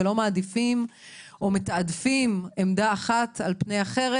ולא מעדיפה או מתעדפת עמדה אחת על פני אחרת.